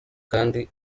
kandi